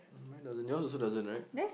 mine doesn't yours also doesn't right